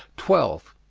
twelve.